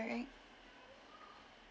alright